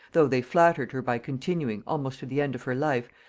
though they flattered her by continuing, almost to the end of her life,